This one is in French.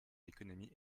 l’économie